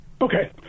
Okay